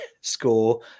score